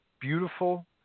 beautiful